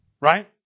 Right